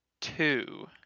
two